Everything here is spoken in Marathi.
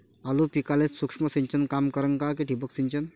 आलू पिकाले सूक्ष्म सिंचन काम करन का ठिबक सिंचन?